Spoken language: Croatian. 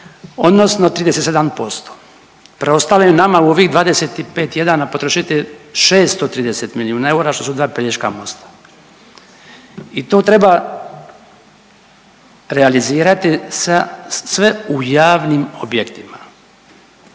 odnosno 37%. Preostali nama u ovih 25 tjedana potrošiti 630 milijuna eura, što su dva Pelješka mosta i to treba realizirati sa sve u javnim objektima